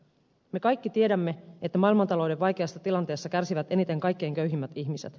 me kaikki tiedämme että maailmantalouden vaikeasta tilanteesta kärsivät eniten kaikkein köyhimmät ihmiset